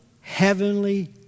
heavenly